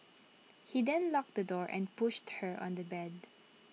he then locked the door and pushed her on the bed